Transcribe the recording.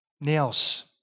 Nails